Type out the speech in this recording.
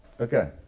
Okay